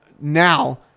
now